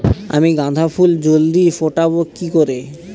আমি গাঁদা ফুল জলদি ফোটাবো কি করে?